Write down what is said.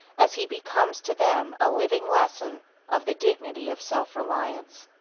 as he becomes to them a living lesson of the dignity of self-reliance.